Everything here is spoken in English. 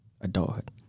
adulthood